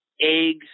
eggs